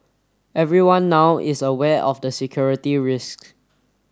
everyone now is aware of the security risks